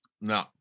No